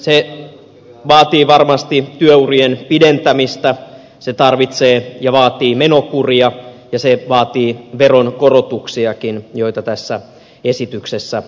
se vaatii varmasti työurien pidentämistä se tarvitsee ja vaatii menokuria ja se vaatii veronkorotuksiakin joita tässä esityksessä on